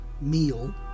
meal